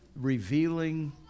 revealing